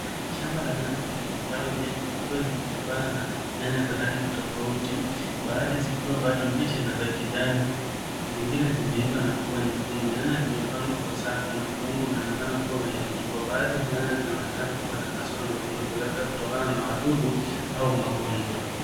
Shamba la nyanya zenye matawi mengi zikiwa zimebebana na nyanya za rangi tofauti. Baadhi zikiwa bado mbichi na za kijani zingine zimeiva na kuwa nyekundu. Nyanya zimepandwa kwa safu na udongo unaonekana kuwa wenye rutuba. Baadhi ya nyanya zinaonekana kuwa na kasoro ndogo ndogo labda kutokana na wadudu au magonjwa.